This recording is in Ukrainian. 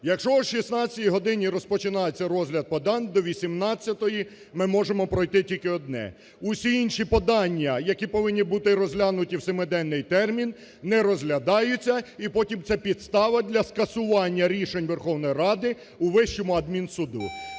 якщо о 16 годині розпочинається розгляд подань до 18-ї ми можемо пройти тільки одне, всі інші подання, які повинні бути розглянуті в семиденний термін не розглядаються і потім це підстава для скасування рішень Верховної Ради у Вищому адмінсуду.